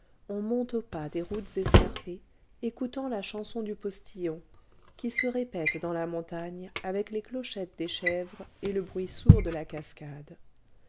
on monte au pas des routes escarpées écoutant la chanson du postillon qui se répète dans la montagne avec les clochettes des chèvres et le bruit sourd de la cascade